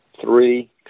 three